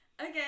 Okay